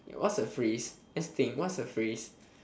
what's a phrase let's think what's a phrase